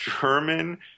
German